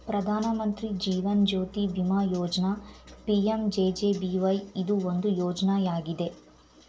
ಪ್ರಧಾನ ಮಂತ್ರಿ ಜೀವನ್ ಜ್ಯೋತಿ ಬಿಮಾ ಯೋಜ್ನ ಪಿ.ಎಂ.ಜೆ.ಜೆ.ಬಿ.ವೈ ಇದು ಒಂದು ಯೋಜ್ನಯಾಗಿದೆ